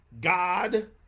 God